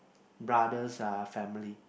brothers are family